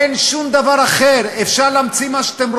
הם כבר שם, אנחנו רוצים להוציא אותם,